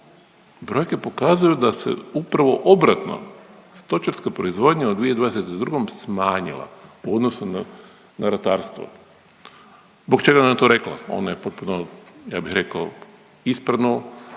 brojke pokazuju da se upravo obratno stočarska proizvodnja u 2022. smanjila u odnosu na ratarstvo. Zbog čega je ona to rekla? Ona je potpuno ja bih rekao ispravo,